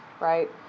right